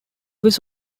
was